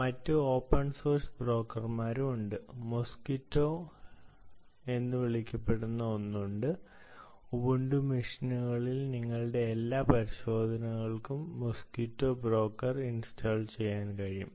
മറ്റ് open source ബ്രോക്കർമാരും ഉണ്ട് മോസ്ക്വിറ്റോ എന്ന് വിളിക്കപ്പെടുന്ന ഒന്ന് ഉണ്ട് ഉബുണ്ടു മെഷീനുകളിൽ നിങ്ങളുടെ എല്ലാ പരിശോധനകൾക്കും മോസ്ക്വിറ്റോ ബ്രോക്കർ ഇൻസ്റ്റാൾ ചെയ്യാൻ കഴിയും